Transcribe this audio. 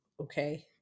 okay